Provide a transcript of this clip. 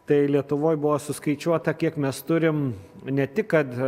tai lietuvoj buvo suskaičiuota kiek mes turim ne tik kad